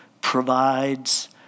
provides